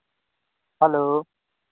hello